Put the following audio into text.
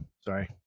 sorry